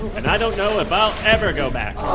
and i don't know if i'll ever go back